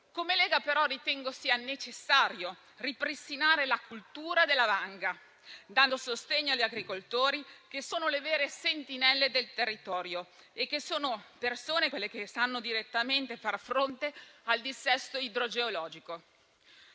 Come Lega, però, ritengo sia necessario ripristinare la cultura della vanga, dando sostegno agli agricoltori, che sono le vere sentinelle del territorio e sanno direttamente far fronte al dissesto idrogeologico.